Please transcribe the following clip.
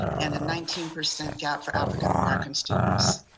and a nineteen percent gap for african american students.